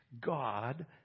God